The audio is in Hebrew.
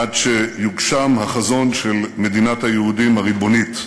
עד שיוגשם החזון של מדינת היהודים הריבונית.